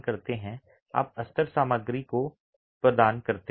आप अस्तर सामग्री क्यों प्रदान करते हैं